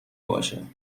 باشه